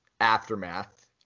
Aftermath